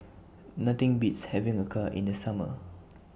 Nothing Beats having Acar in The Summer